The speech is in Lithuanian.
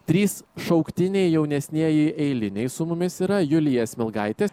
trys šauktiniai jaunesnieji eiliniai su mumis yra julija smilgaitė